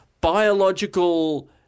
biological